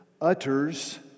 utters